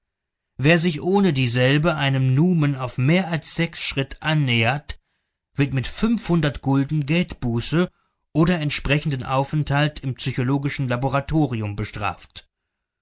wer sich ohne dieselbe einem numen auf mehr als sechs schritt annähert wird mit fünfhundert gulden geldbuße oder entsprechendem aufenthalt im psychologischen laboratorium bestraft